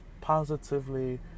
positively